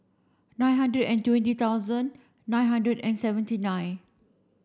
nine hundred and twenty thousand nine hundred and seventy nine